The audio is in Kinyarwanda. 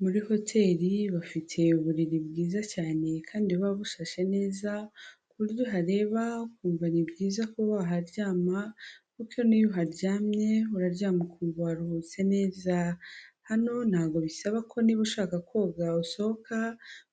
Muri hoteri bafite uburiri bwiza cyane kandi buba bushashe neza, ku buryo uhareba ukumva ni byiza kuba waharyama, kuko n'iyo uharyamye uraryama ukumva waruhutse neza, hano ntabwo bisaba ko niba ushaka koga usohoka,